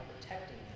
protecting